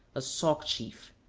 a sauk chief.